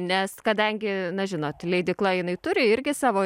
nes kadangi na žinot leidykla jinai turi irgi savo